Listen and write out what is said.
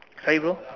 sorry bro